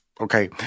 Okay